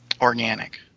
organic